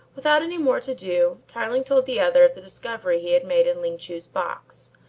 without any more to-do, tarling told the other of the discovery he had made in ling chu's box,